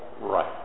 right